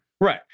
Right